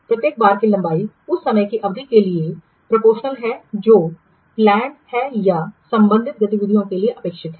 प्रत्येक बार की लंबाई उस समय की अवधि के लिए प्रोपोर्शनल है जो योजनाबद्ध है या संबंधित गतिविधि के लिए अपेक्षित है